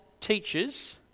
teachers